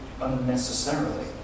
unnecessarily